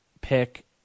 pick